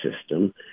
system